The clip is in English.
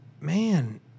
Man